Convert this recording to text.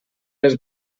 les